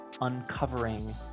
uncovering